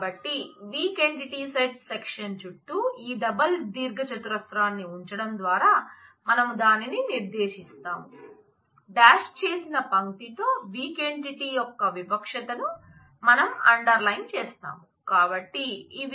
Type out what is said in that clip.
కాబట్టి weak entity set ఇవి